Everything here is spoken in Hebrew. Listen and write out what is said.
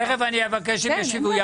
תכף אני אבקש שתשיבו.